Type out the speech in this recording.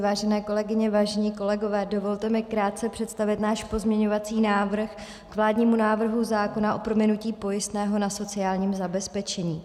Vážené kolegyně, vážení kolegové, dovolte mi krátce představit náš pozměňovací návrh k vládnímu návrhu zákona o prominutí pojistného na sociální zabezpečení.